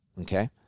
Okay